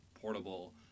Portable